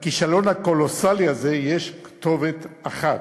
לכישלון הקולוסלי הזה יש כתובת אחת: